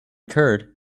curd